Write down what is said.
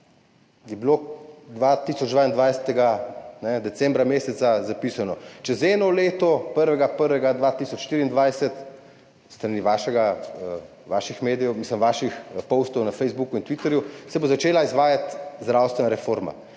je bilo decembra meseca leta 2022 zapisano: »Čez eno leto, 1. 1. 2024,« s strani vaših medijev, mislim vaših postov na Facebooku in Twitterju, »se bo začela izvajati zdravstvena reforma.«